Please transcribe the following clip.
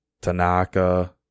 Tanaka